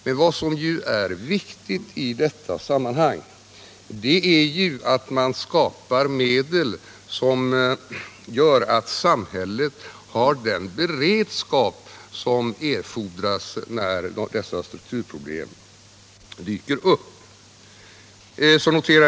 Men vad som är viktigt i detta sammanhang är ju att man skapar medel som gör att samhället har den beredskap som erfordras när strukturproblem dyker upp.